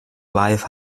wife